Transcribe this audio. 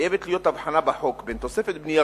חייבת להיות הבחנה בחוק בין תוספת בנייה